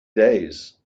days